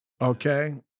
Okay